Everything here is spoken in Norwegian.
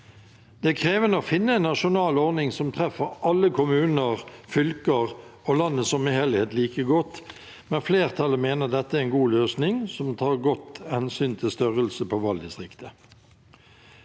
Det er krevende å finne en nasjonal ordning som treffer alle kommuner, fylker og landet som helhet like godt, men flertallet mener dette er en god løsning, som tar godt hensyn til størrelse på valgdistriktet.